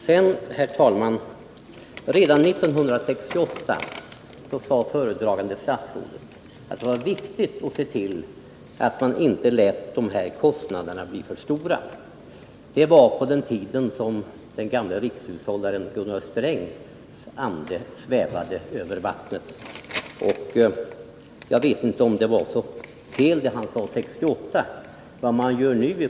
Redan 1968 sade föredragande statsrådet att det var viktigt att se till att man inte lät de här kostnaderna bli för stora. Det var på den tiden som den gamle rikshushållaren Gunnar Strängs ande svävade över vattnet. Jag vet inte om det var så fel det han sade 1968.